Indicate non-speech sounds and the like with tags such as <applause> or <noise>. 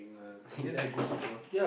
<laughs> is that a goalkeeper